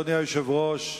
אדוני היושב-ראש,